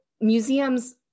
museums